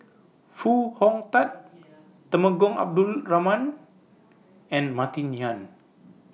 Foo Hong Tatt Temenggong Abdul Rahman and Martin Yan